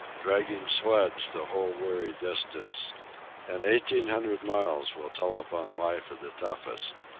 dragging sleds the whole weary distance and eighteen hundred miles will tell upon life of the toughest.